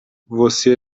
você